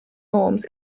norms